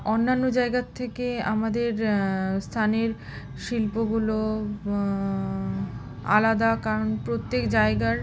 অন্যান্য জায়গার থেকে আমাদের স্থানের শিল্পগুলো আলাদা কারণ প্রত্যেক জায়গার